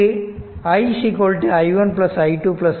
இங்கு i i1 i2 i3